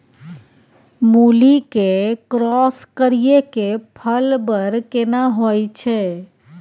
मूली के क्रॉस करिये के फल बर केना होय छै?